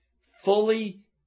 fully